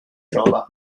trova